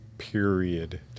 Period